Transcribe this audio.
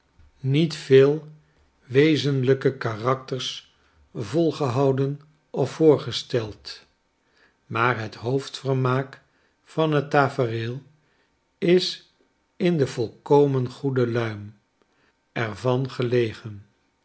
niet veel wezenlijke karakters vogehouden of voorgesteld maar het hoofdvermaak van het tafereel is in de volkomen goede mm er van gelegen